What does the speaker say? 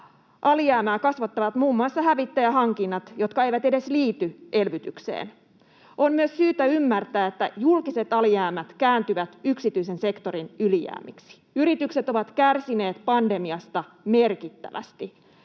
alijäämää kasvattavat muun muassa hävittäjähankinnat, jotka eivät edes liity elvytykseen. On myös syytä ymmärtää, että julkiset alijäämät kääntyvät yksityisen sektorin ylijäämiksi. Yritykset ovat kärsineet pandemiasta merkittävästi.